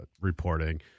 reporting